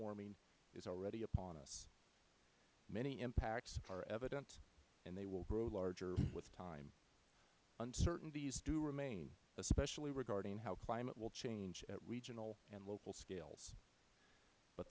warming is already upon us many impacts are evident and they will grow larger with time uncertainties do remain especially regarding how climate will change at regional and local scales but